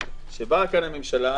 שבאה הממשלה,